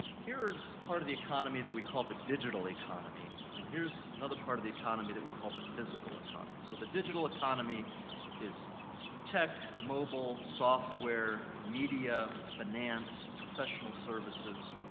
here's part of the economy that we call the digital economy, and here's another part of the economy that we call the physical economy so, the digital economy is tech, mobile, software, media, finance, professional services,